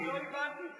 לא הבנתי,